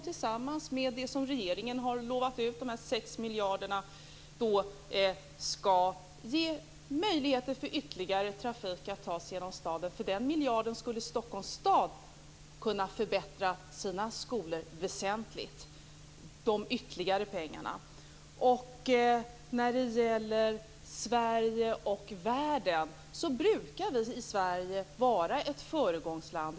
Tillsammans med de 6 miljarder som regeringen har lovat ut skall dessa pengar ge möjlighet för ytterligare trafik att ta sig genom staden. För den miljarden skulle Stockholm Stad kunna förbättra skolorna väsentligt. Sedan var det Sverige och världen. Sverige brukar vara ett föregångsland.